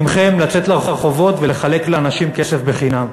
לצאת לרחובות ולחלק לאנשים כסף חינם,